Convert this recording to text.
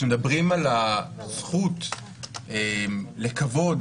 כשמדברים על הזכות לכבוד,